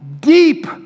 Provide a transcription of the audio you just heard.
deep